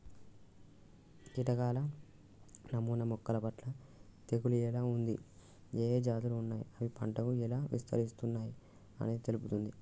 కీటకాల నమూనా మొక్కలపట్ల తెగులు ఎలా ఉంది, ఏఏ జాతులు ఉన్నాయి, అవి పంటకు ఎలా విస్తరిస్తున్నయి అనేది తెలుపుతుంది